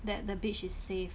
that the beach is safe